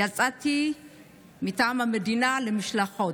יצאתי מטעם המדינה למשלחות.